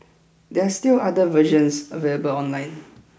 there are still other versions available online